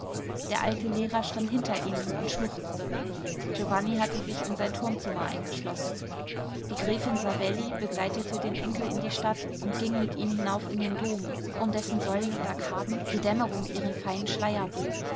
der alte lehrer stand hinter ihnen und schluchzte giovanni hatte sich in sein turmzimmer eingeschlossen die gräfin savelli begleitete den enkel in die stadt und ging mit ihm hinauf in den dom um dessen säulen und arkaden die dämmerung ihren feinen